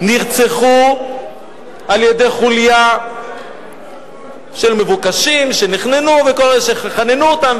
נרצחו על-ידי חוליה של מבוקשים שחננו אותם,